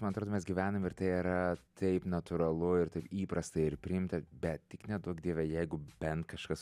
man atrodo mes gyvenam ir tai yra taip natūralu ir taip įprastai ir priimta bet tik neduok dieve jeigu bent kažkas